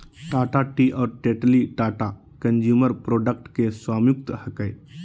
Tata tea और Tetley Tata consumer products के स्वामित्व हकय